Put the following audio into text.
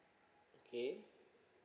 okay